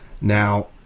now